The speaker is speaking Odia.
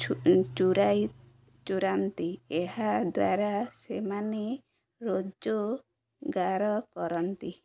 ଚୁରାଇ ଚୁରାନ୍ତି ଏହାଦ୍ୱାରା ସେମାନେ ରୋଜଗାର କରନ୍ତି